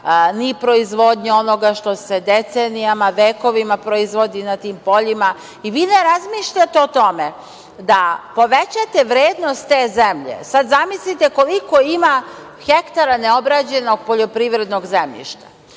ni proizvodnje onoga što se decenijama, vekovima proizvodi na tim poljima i vi ne razmišljate o tome da povećate vrednost te zemlje? Sada zamislite koliko ima hektara neobrađenog poljoprivrednog zemljišta,